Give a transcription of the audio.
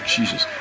Jesus